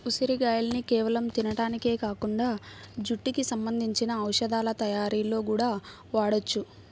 ఉసిరిగాయల్ని కేవలం తింటానికే కాకుండా జుట్టుకి సంబంధించిన ఔషధాల తయ్యారీలో గూడా వాడొచ్చు